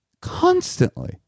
constantly